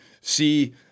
see –